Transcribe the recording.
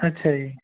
ਅੱਛਾ ਜੀ